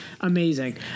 Amazing